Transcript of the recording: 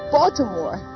Baltimore